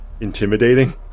intimidating